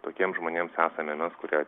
tokiems žmonėms esame mes kurie